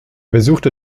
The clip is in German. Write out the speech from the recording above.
besuchte